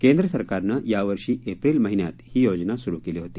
केंद्र सरकारनं यावर्षी एप्रिल महिन्यात ही योजना सुरु केली होती